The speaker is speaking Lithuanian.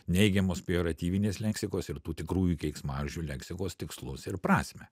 neigiamos pejoratyvinės leksikos ir tų tikrųjų keiksmažodžių leksikos tikslus ir prasmę